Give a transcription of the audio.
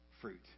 fruit